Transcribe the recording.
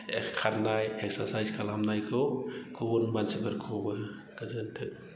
खारनाय एक्सारसाइस खालामनायखौ गुबुन मानसिफोरखौबो गोजोन्थों